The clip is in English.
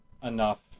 enough